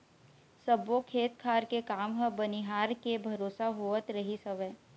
सब्बो खेत खार के काम ह बनिहार के भरोसा होवत रहिस हवय